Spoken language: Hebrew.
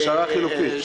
הכשרה חינוכית.